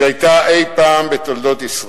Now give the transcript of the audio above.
שהיתה אי-פעם בתולדות ישראל.